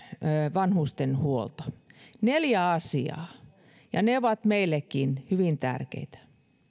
vanhustenhuolto neljä asiaa ja ne ovat meillekin hyvin tärkeitä